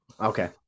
Okay